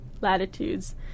latitudes